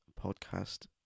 podcast